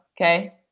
okay